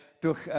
durch